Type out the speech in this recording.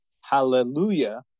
Hallelujah